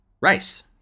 Rice